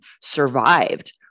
survived